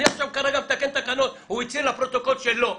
אני עכשיו מתקן תקנות, הוא הצהיר לפרוטוקול שלא,